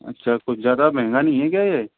अच्छा कुछ ज़्यादा महंगा नहीं है क्या ये